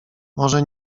może